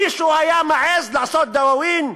מישהו היה מעז לעשות דאווין?